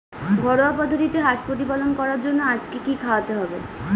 ঘরোয়া পদ্ধতিতে হাঁস প্রতিপালন করার জন্য আজকে কি খাওয়াতে হবে?